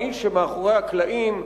האיש מאחורי הקלעים,